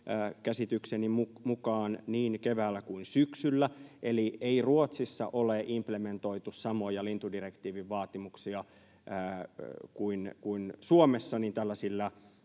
käsitykseni mukaan niin keväällä kuin syksyllä. Eli ei Ruotsissa ole implementoitu samoja lintudirektiivin vaatimuksia kuin Suomessa